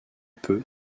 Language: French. peu